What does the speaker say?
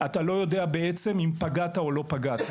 אתה לא יודע בעצם אם פגעת או לא פגעת.